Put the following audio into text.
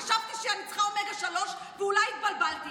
חשבתי שאני צריכה אומגה 3 ואולי התבלבלתי.